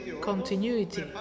continuity